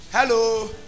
Hello